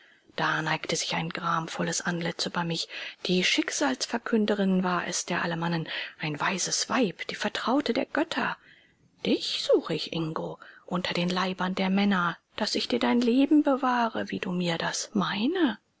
da neigte sich ein gramvolles antlitz über mich die schicksalsverkünderin war es der alemannen ein weises weib die vertraute der götter dich suche ich ingo unter den leibern der männer daß ich dir dein leben bewahre wie du mir das meine